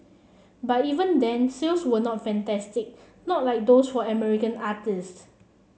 but even then sales were not fantastic not like those for American artistes